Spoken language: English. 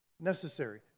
necessary